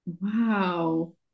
Wow